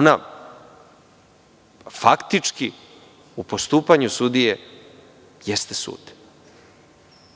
ona faktički u postupanju sudije jeste sud.